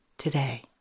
Today